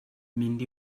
mynd